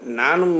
nan